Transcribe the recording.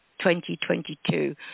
2022